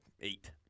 eight